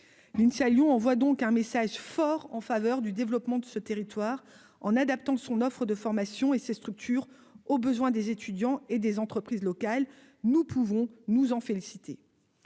l'INSA Lyon envoie donc un message fort en faveur du développement de ce territoire, en adaptant son offre de formation et ses structures aux besoins des étudiants et des entreprises locales, nous pouvons nous en féliciter,